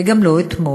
וגם לא אתמול,